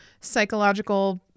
psychological